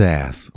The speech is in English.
ass